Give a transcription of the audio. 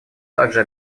также